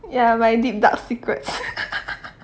ya my deep dark secrets